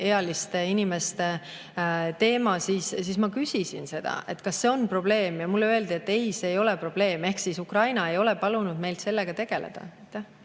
inimeste teema, siis ma küsisin seda, kas see on probleem. Ja mulle öeldi, et see ei ole probleem. Ukraina ei ole palunud meil sellega tegeleda.